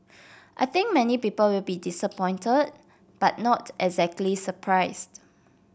I think many people will be disappointed but not exactly surprised